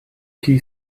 key